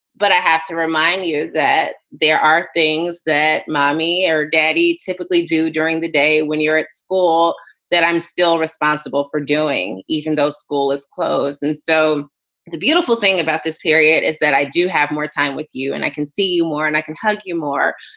but i have to remind you that there are things that mommy or daddy typically do during the day when you're at school that i'm still responsible for doing. even though school is closed. and so the beautiful thing about this period is that i do have more time with you and i can see more and i can hug you more.